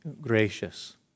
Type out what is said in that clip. gracious